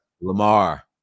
Lamar